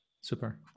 Super